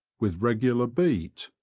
with regular beat,